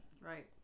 Right